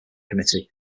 committee